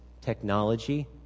technology